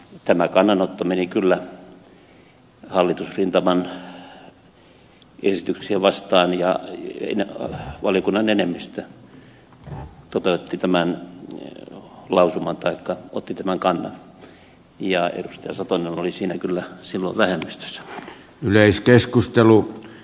tämä kannanotto meni kyllä hallitusrintaman esityksiä vastaan ja valiokunnan enemmistö otti tämän kannan ja edustaja satonen oli siinä kyllä sielu vähennys yleiskeskustelu